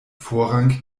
vorrang